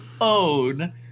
own